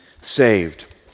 saved